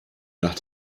nach